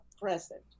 present